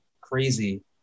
crazy